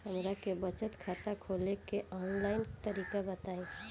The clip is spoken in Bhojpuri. हमरा के बचत खाता खोले के आन लाइन तरीका बताईं?